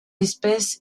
espèce